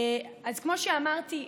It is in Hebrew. כמו שאמרתי,